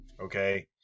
Okay